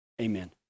Amen